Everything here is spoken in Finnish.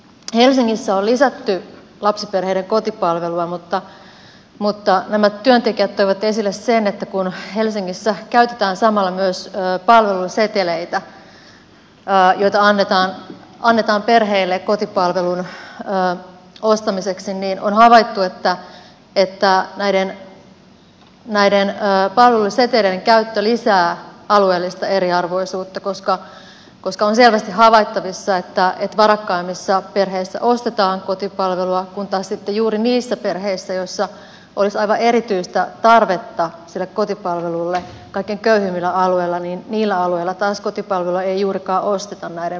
helsingissä on lisätty lapsiperheiden kotipalvelua mutta nämä työntekijät toivat esille sen että kun helsingissä käytetään samalla myös palveluseteleitä joita annetaan perheille kotipalvelun ostamiseksi niin on havaittu että näiden palveluseteleiden käyttö lisää alueellista eriarvoisuutta koska on selvästi havaittavissa että varakkaimmissa perheissä ostetaan kotipalvelua kun taas sitten juuri niissä perheissä joissa olisi aivan erityistä tarvetta sille kotipalvelulle kaikkein köyhimmillä alueilla kotipalvelua ei juurikaan osteta näiden palveluseteleiden avulla